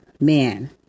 man